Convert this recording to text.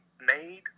made